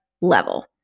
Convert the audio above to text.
level